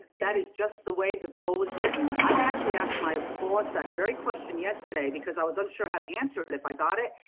that is just the way the bill was written. i've actually asked my boss that very question yesterday because i was unsure how to answer it if i got it.